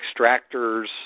Extractors